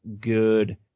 good